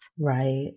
Right